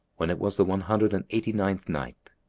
when it was the one hundred and eighty-nineth night,